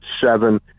seven